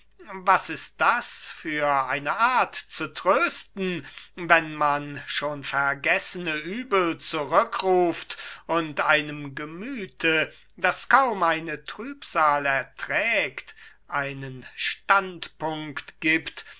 was ist das für eine art zu trösten wenn man schon vergessene uebel zurückruft und einem gemüthe das kaum eine trübsal erträgt einen standpunkt gibt